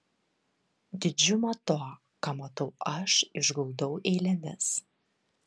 didžiumą to ką matau aš išguldau eilėmis